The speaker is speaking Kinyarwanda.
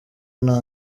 nta